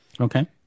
Okay